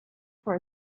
for